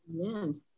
Amen